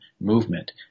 movement